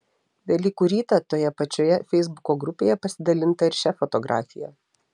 velykų rytą toje pačioje feisbuko grupėje pasidalinta ir šia fotografija